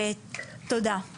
תודה.